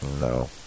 No